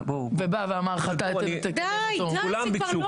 ובא ואמר לך --- די, די כבר.